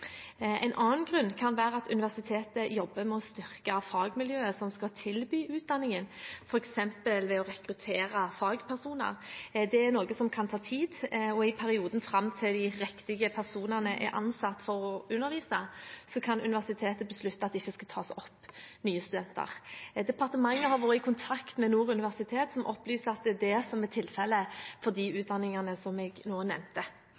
En annen grunn kan være at universitetet jobber med å styrke fagmiljøet som skal tilby utdanningen, f.eks. ved å rekruttere fagpersoner. Det er noe som kan ta tid, og i perioden fram til de riktige personene er ansatt for å undervise, kan universitetet beslutte at det ikke skal tas opp nye studenter. Departementet har vært i kontakt med Nord universitet, som opplyser at det er det som er tilfellet for de utdanningene jeg nå nevnte.